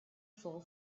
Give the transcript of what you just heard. far